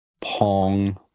Pong